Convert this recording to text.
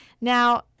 Now